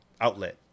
outlet